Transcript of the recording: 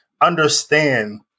understand